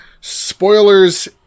spoilers